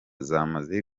zamaze